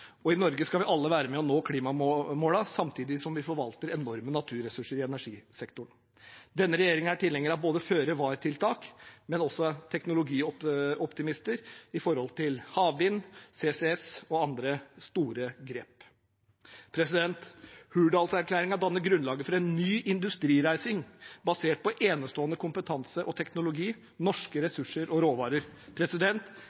I Norge skal vi alle være med og nå klimamålene, samtidig som vi forvalter enorme naturressurser i energisektoren. Denne regjeringen er tilhenger av føre-var-tiltak, men er også teknologioptimister med tanke på havvind, CCS og andre store grep. Hurdalsplattformen danner grunnlaget for en ny industrireising basert på enestående kompetanse og teknologi, norske